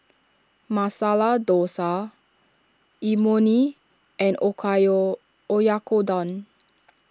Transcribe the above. Masala Dosa Imoni and Oyakodon